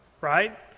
right